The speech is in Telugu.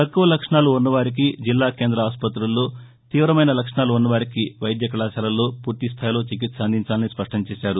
తక్కువ లక్షణాలు ఉన్నవారికి జిల్లా కేంద్ర ఆసుపతిల్లో తీవమైన లక్షణాలు ఉన్నవారికి వైద్య కళాశాలల్లో పూర్తిస్టాయిలో చికిత్స అందించాలని స్పష్టం చేశారు